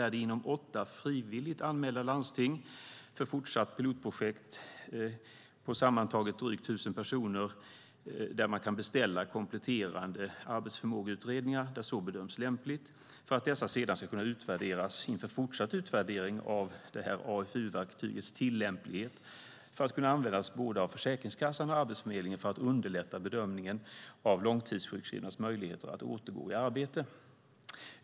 Inom åtta frivilligt anmälda landsting för fortsatt pilotprojekt på sammantaget drygt tusen personer kan man beställa kompletterande arbetsförmågeutredningar där så bedöms lämpligt för att dessa sedan ska kunna utvärderas inför fortsatt utvärdering av AFU-verktygets tillämplighet för att kunna användas både av Försäkringskassan och av Arbetsförmedlingen för att underlätta bedömningen av långtidssjukskrivnas möjligheter att återgå i arbete.